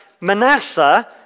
Manasseh